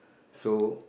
so